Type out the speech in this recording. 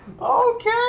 Okay